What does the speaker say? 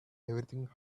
everything